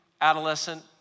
adolescent